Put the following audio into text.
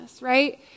right